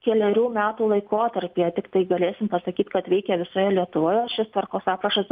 kelerių metų laikotarpyje tiktai galėsim pasakyt kad veikia visoje lietuvoje šis tvarkos aprašas